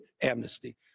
amnesty